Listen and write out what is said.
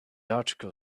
article